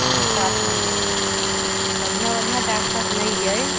कोनो साधन नहि बढ़िआँ बढ़िआँ डॉक्टर नहि अइ